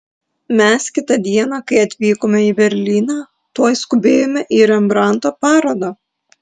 mes kitą dieną kai atvykome į berlyną tuoj skubėjome į rembrandto parodą